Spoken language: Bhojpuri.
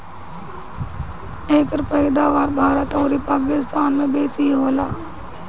एकर पैदावार भारत अउरी पाकिस्तान में बेसी होला